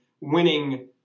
winning